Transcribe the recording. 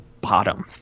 bottom